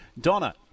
Donna